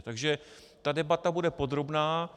Takže debata bude podrobná.